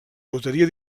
loteria